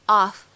off